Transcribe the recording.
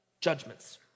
judgments